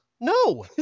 No